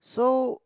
so